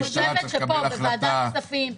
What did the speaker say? אני חושבת שפה בוועדת הכספים,